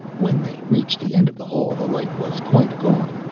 when they reached the end of the hall the light was quite gone,